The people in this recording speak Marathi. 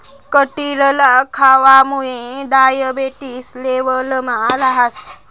कटिरला खावामुये डायबेटिस लेवलमा रहास